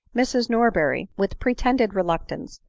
mrs norberry, with pretended reluctance,